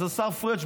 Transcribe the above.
אז השר פריג',